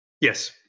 Yes